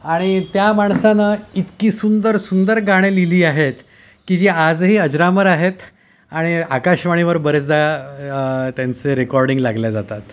आणि त्या माणसानं इतकी सुंदर सुंदर गाणे लिहिली आहेत की जी आजही अजरामर आहेत आणि आकाशवाणीवर बरेचदा त्यांचे रेकॉर्डिंग लागल्या जातात